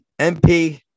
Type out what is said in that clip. MP